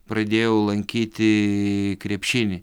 pradėjau lankytiii krepšinį